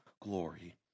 glory